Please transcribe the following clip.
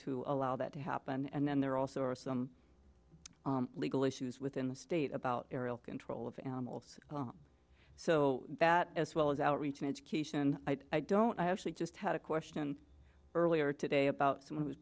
to allow that to happen and then there are also some legal issues within the state about aerial control of animals so that as well as outreach and education i don't i actually just had a question earlier today about someone who's